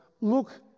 look